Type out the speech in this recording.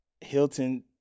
Hilton